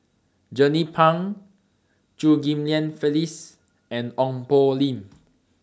Jernnine Pang Chew Ghim Lian Phyllis and Ong Poh Lim